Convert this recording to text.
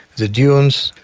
the dunes,